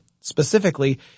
Specifically